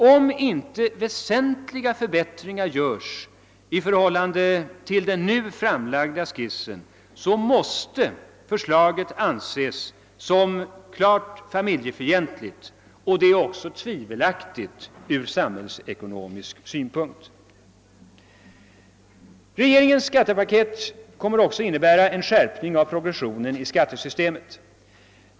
Om inte väsentliga förbättringar görs i förhållande till den nu framlagda skissen, måste förslaget anses som klart familjefientligt, och det är också tvivelaktigt ur samhällsekonomisk synpunkt. Regeringens skattepaket kommer också att innebära en skärpning av progressionen i skattesystemet.